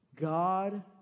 God